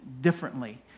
differently